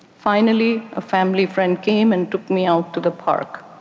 finally, a family friend came and took me out to the park.